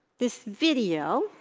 this video.